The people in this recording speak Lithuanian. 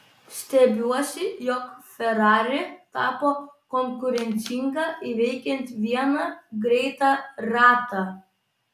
stebiuosi jog ferrari tapo konkurencinga įveikiant vieną greitą ratą